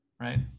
right